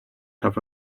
have